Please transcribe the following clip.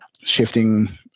shifting